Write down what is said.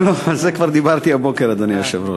לא לא, על זה כבר דיברתי הבוקר, אדוני היושב-ראש.